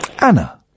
Anna